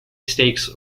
stakes